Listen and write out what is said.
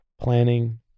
planning